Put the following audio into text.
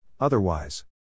Otherwise